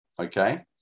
okay